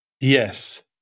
Yes